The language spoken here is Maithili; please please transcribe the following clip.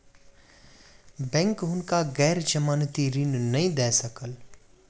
बैंक हुनका गैर जमानती ऋण नै दय सकल